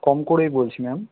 কম করেই বলছি ম্যাম